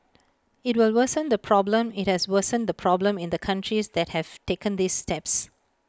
IT will worsen the problem IT has worsened the problem in the countries that have taken these steps